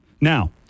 Now